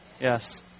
Yes